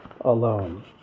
alone